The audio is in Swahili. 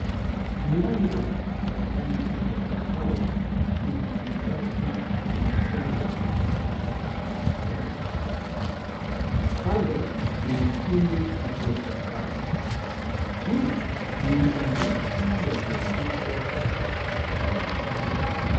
Mlango wa rangi ya kahawa ina maridadi iliyochongwa ya miraba kwenye mbao. Kando ni mpini uliochakaa. Juu ni maandishi yaliyoandikwa kwa karatasi nyeupe.